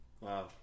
Wow